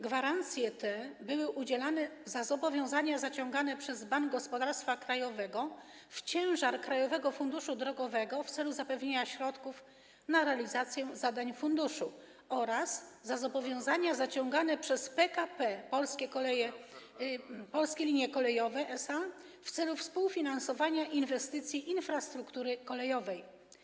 Gwarancje te były udzielane na zobowiązania zaciągane przez Bank Gospodarstwa Krajowego w ciężar Krajowego Funduszu Drogowego w celu zapewnienia środków na realizację zadań funduszu oraz na zobowiązania zaciągane przez PKP Polskie Linie Kolejowe SA w celu współfinansowania inwestycji infrastruktury kolejowej.